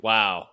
Wow